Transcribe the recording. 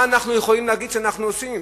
מה אנחנו יכולים להגיד שאנחנו עושים?